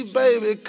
baby